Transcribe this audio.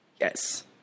Yes